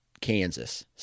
Kansas